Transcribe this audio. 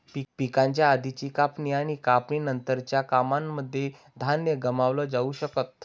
पिकाच्या आधीची कापणी आणि कापणी नंतरच्या कामांनमध्ये धान्य गमावलं जाऊ शकत